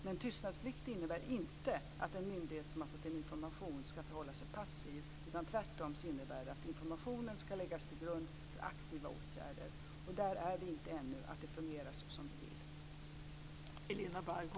Men tystnadsplikt innebär inte att en myndighet som har fått information ska förhålla sig passiv, utan tvärtom innebär det att informationen ska läggas till grund för aktiva åtgärder. Där är vi ännu inte, att det fungerar såsom vi vill.